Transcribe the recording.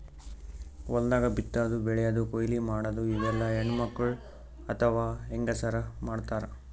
ಹೊಲ್ದಾಗ ಬಿತ್ತಾದು ಬೆಳ್ಯಾದು ಕೊಯ್ಲಿ ಮಾಡದು ಇವೆಲ್ಲ ಹೆಣ್ಣ್ಮಕ್ಕಳ್ ಅಥವಾ ಹೆಂಗಸರ್ ಮಾಡ್ತಾರ್